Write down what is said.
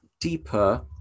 deeper